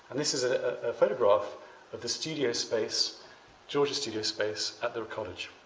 and this is a photograph of the studio space george's studio space at the college.